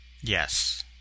Yes